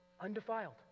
undefiled